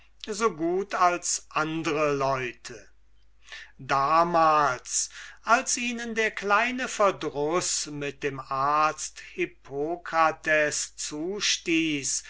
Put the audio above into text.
so gut als andre leute damals als ihnen der kleine verdruß mit dem arzt hippokrates zustieß